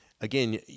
Again